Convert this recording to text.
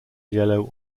yellow